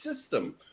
system